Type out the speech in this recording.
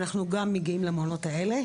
אנחנו מגיעים למעונות האלה,